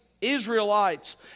Israelites